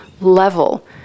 level